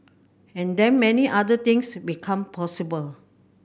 and then many other things become possible